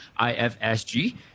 IFSG